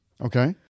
Okay